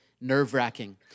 nerve-wracking